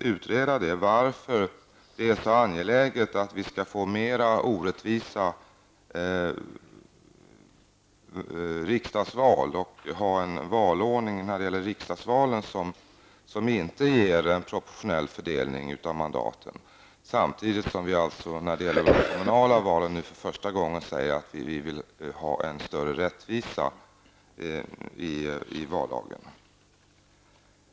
utveckla varför det är så angeläget att vi skall ha mer orättvisa riksdagsval, dvs. ha en valordning när det gäller riksdagsvalen som inte ger en proportionell fördelning av mandaten samtidigt som vi när det gäller de kommunala valen nu för första gången säger att vi vill ha en större rättvisa i vallagen.